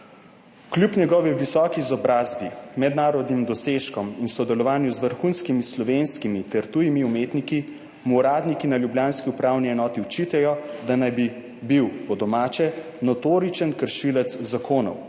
Kljub njegovi visoki izobrazbi, mednarodnim dosežkom in sodelovanju z vrhunskimi slovenskimi ter tujimi umetniki mu uradniki na ljubljanski upravni enoti očitajo, da naj bi bil, po domače, notoričen kršilec zakonov.